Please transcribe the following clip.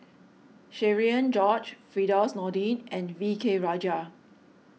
Cherian George Firdaus Nordin and V K Rajah